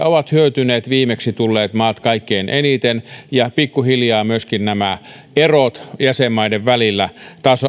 ovat hyötyneet viimeksi tulleet maat kaikkein eniten ja pikkuhiljaa myöskin nämä erot jäsenmaiden välillä